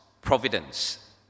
providence